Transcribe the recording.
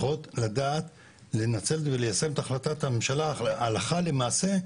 צריכות לדעת למסד וליישם את החלטת הממשלה הלכה למעשה,